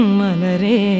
malare